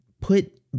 put